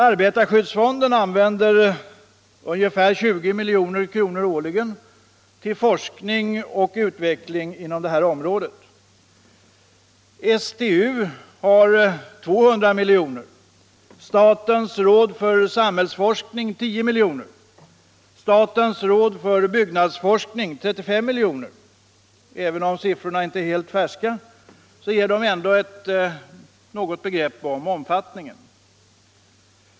Arbetarskyddsfonden använder ungefär 20 milj.kr. årligen till forskning och utveckling inom detta område. STU har ca 200 miljoner, statens råd för samhällsforskning 10 miljoner och statens råd för byggnadsforskning 35 miljoner. Även om siffrorna inte är helt färska ger de ändå ett begrepp om omfattningen.